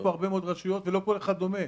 יש פה הרבה מאוד רשויות, לא כולן דומות.